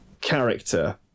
character